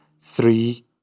three